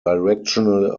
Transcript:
directorial